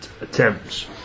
attempts